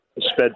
sped